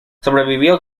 sobrevivió